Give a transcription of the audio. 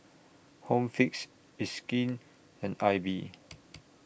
Home Fix It's Skin and AIBI